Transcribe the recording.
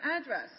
address